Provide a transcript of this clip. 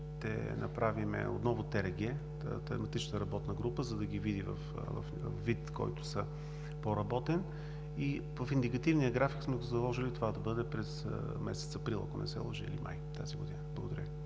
ще направим отново тематична работна група, за да ги видим във вид, в който са – по-работен. В индикативния график сме заложили това да бъде през месец април, ако не се лъжа, или май тази година. Благодаря.